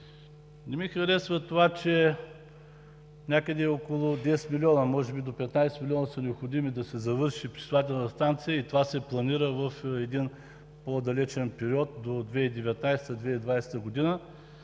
Не ми харесва това, че някъде около 10 милиона, може би до 15 милиона са необходими да се завърши пречиствателната станция, и това се планира в един по-далечен период до 2019 – 2020 г.,